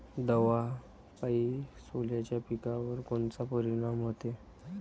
दवापायी सोल्याच्या पिकावर कोनचा परिनाम व्हते?